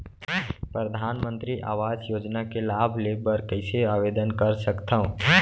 परधानमंतरी आवास योजना के लाभ ले बर कइसे आवेदन कर सकथव?